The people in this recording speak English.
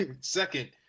second